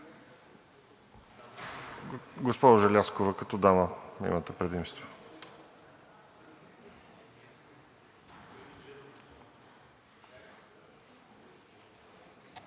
Госпожо Желязкова, като дама имате предимство.